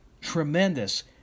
tremendous